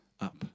up